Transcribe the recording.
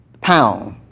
pound